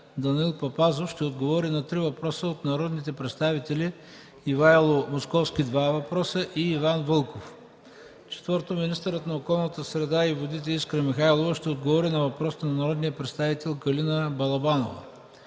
Данаил Папазов ще отговори на три въпроса от народните представители Ивайло Московски (два въпроса), и Иван Вълков; - министърът на околната среда и водите Искра Михайлова ще отговори на въпрос от народния представител Калина Балабанова;